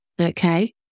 Okay